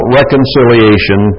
reconciliation